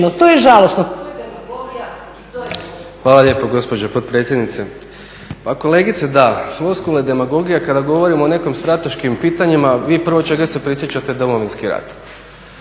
To je žalosno,